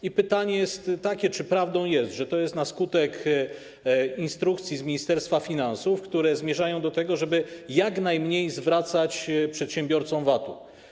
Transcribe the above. I pytanie jest takie: Czy prawdą jest, że to jest na skutek instrukcji z Ministerstwa Finansów, które zmierzają do tego, żeby jak najmniej zwracać przedsiębiorcom VAT-u?